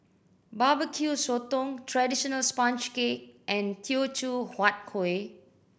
Barbecue Sotong traditional sponge cake and Teochew Huat Kueh